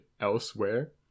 elsewhere